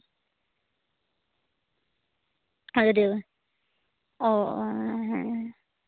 ᱟᱡᱚᱫᱤᱭᱟ ᱚᱸᱻ ᱦᱮᱸ